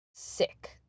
sick